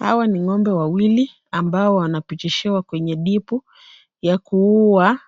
Hawa ni ng'ombe wawili ambao wanapitishiwa kwenye dipu ya kuua